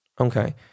Okay